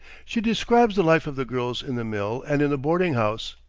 she describes the life of the girls in the mill and in the boarding-house.